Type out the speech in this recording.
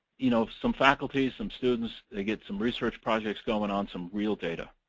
you know, some faculty, some students, they get some research projects going on, some real data.